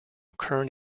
current